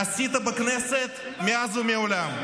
עשית בכנסת מאז ומעולם.